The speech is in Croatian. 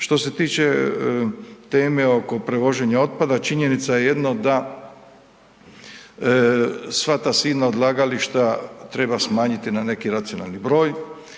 Što se tiče teme oko prevoženja otpada, činjenica je jedno da sva ta silna odlagališta treba smanjiti na neki racionalni broj